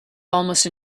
almost